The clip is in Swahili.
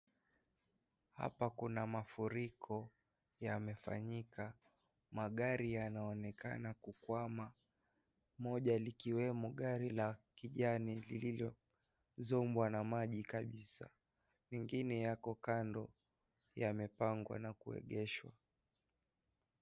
Hapa kuna mafuriko yamefanyika, magari yanaonekana kukwama. Moja likiwemo gari la kijani lililozombwa na maji kabisa. Mengine yako kando yamepangwa na kuegeshwa.